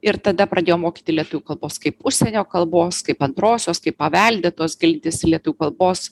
ir tada pradėjo mokyti lietuvių kalbos kaip užsienio kalbos kaip antrosios kaip paveldėtos gilintis į lietuvių kalbos